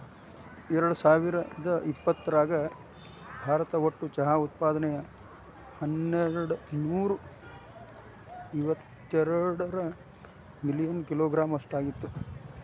ಎರ್ಡಸಾವಿರದ ಇಪ್ಪತರಾಗ ಭಾರತ ಒಟ್ಟು ಚಹಾ ಉತ್ಪಾದನೆಯು ಹನ್ನೆರಡನೂರ ಇವತ್ತೆರಡ ಮಿಲಿಯನ್ ಕಿಲೋಗ್ರಾಂ ಅಷ್ಟ ಆಗಿತ್ತು